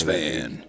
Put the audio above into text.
Van